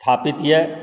स्थापित अइ